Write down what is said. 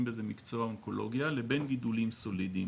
במקצוע אונקולוגיה לבין גידולים סולידיים,